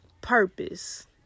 Purpose